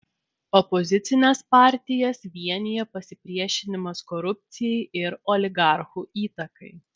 opozicines partijas vienija pasipriešinimas korupcijai ir oligarchų įtakai